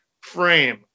frame